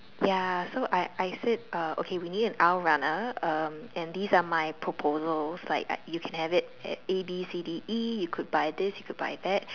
ya so I I said uh okay we a need an aisle runner um and this is are my proposals like you can have it at A B C D E you could buy this you could buy that